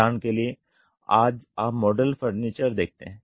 उदाहरण के लिए आज आप मॉड्यूलर फर्नीचर देखते हैं